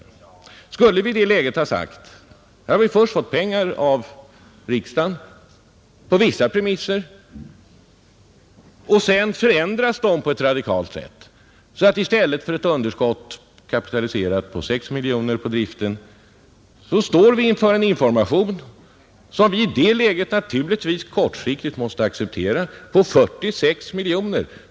Vi har alltså först fått pengar av riksdagen på vissa premisser, och sedan förändras de på ett radikalt sätt — jag skall återkomma till varför de har gjort det — så att i stället för att ha ett underskott, kapitaliserat till 6 miljoner på driften, står vi inför ett underskott, som vi i den situationen naturligtvis kortsiktigt måste acceptera, på 46 miljoner.